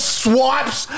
swipes